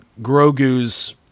Grogu's